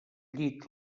llit